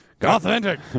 Authentic